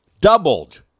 doubled